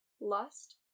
lust